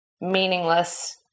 meaningless